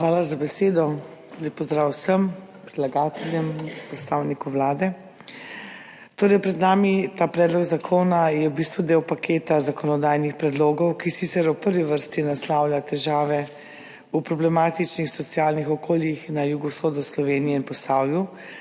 Hvala za besedo. Lep pozdrav vsem, predlagateljem in predstavniku Vlade! Pred nami je predlog zakona, ki je v bistvu del paketa zakonodajnih predlogov, ki sicer v prvi vrsti naslavlja težave v problematičnih socialnih okoljih na jugovzhodu Slovenije in v Posavju,